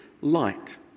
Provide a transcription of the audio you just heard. light